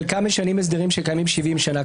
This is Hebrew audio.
חלקם משנים הסדרים שקיימים 70 שנה,